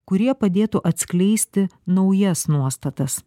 kurie padėtų atskleisti naujas nuostatas